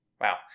Wow